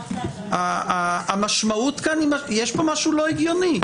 יש פה משהו לא הגיוני.